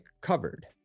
covered